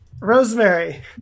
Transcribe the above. Rosemary